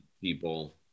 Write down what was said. people